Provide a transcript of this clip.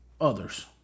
others